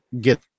get